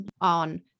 on